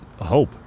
hope